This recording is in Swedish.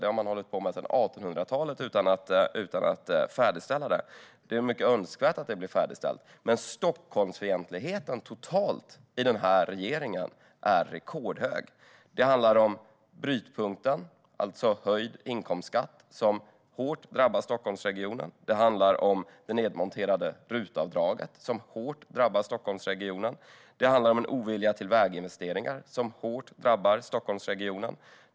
Det har man hållit på med sedan 1800-talet utan att färdigställa det, och det är mycket önskvärt att det blir färdigställt. Men Stockholmsfientligheten i den här regeringen totalt sett är rekordhög. Det handlar om brytpunkten, alltså höjd inkomstskatt, som hårt drabbar Stockholmsregionen. Det handlar om nedmonteringen av RUT-avdraget som hårt drabbar Stockholmsregionen. Det handlar om en ovilja till väginvesteringar som hårt drabbar Stockholmsregionen.